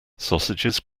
sausages